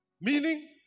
Meaning